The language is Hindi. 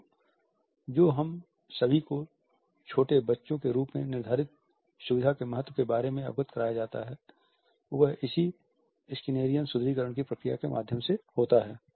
तो जो हम सभी को छोटे बच्चों के रूप में निर्धारित सुविधा के महत्व के बारे में अवगत कराया जाता है वह इसी स्किनेरियन सुदृढीकरण प्रक्रिया के माध्यम से होता है